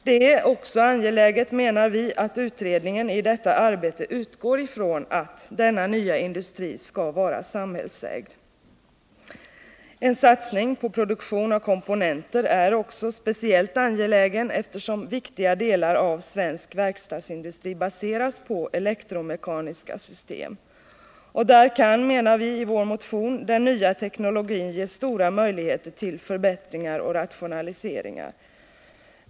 Det är också angeläget, menar vi, att utredningen i detta arbete utgår från att denna nya industri skall vara samhällsägd. En satsning på produktion av komponenter är också speciellt angelägen, eftersom viktiga delar av svensk verkstadsindustri baseras på elektromekaniska system. Där kan, menar vi i vår motion, den nya teknologin ge stora möjligheter till förbättringar och rationaliseringar.